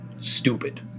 stupid